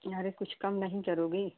अरे कुछ कम नहीं करोगे